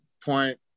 point